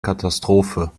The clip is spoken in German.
katastrophe